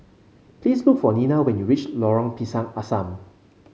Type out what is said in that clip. please look for Nena when you reach Lorong Pisang Asam